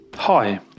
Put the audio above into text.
Hi